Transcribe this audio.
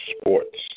Sports